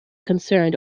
concerns